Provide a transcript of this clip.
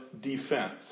defense